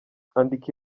andika